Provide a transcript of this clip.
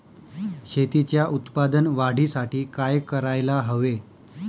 शेतीच्या उत्पादन वाढीसाठी काय करायला हवे?